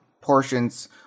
portions